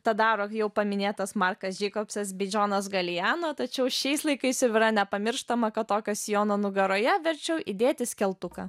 tą daro jau paminėtas markas džeikobsas bei džonas galijano tačiau šiais laikais jau yra nepamirštama kad tokio sijono nugaroje verčiau įdėti skeltuką